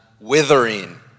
withering